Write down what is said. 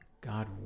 God